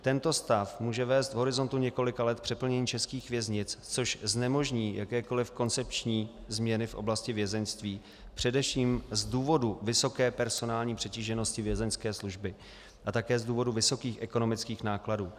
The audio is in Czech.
Tento stav může vést v horizontu několika let k přeplnění českých věznic, což znemožní jakékoliv koncepční změny v oblasti vězeňství především z důvodu vysoké personální přetíženosti Vězeňské služby a také z důvodu vysokých ekonomických nákladů.